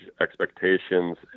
expectations